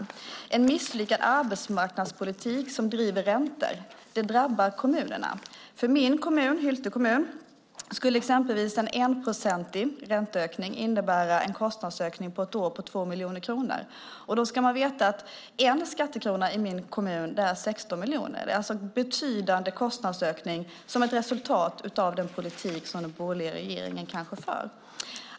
En misslyckad arbetsmarknadspolitik som driver upp räntorna drabbar kommunerna. För min hemkommun, Hylte kommun, skulle en 1-procentig ränteökning innebära en kostnadsökning på ett år på 2 miljoner kronor. Då ska man veta att en skattekrona i min hemkommun är 16 miljoner. Det är alltså en betydande kostnadsökning som ett resultat av den politik som den borgerliga regeringen för.